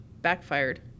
backfired